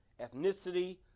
ethnicity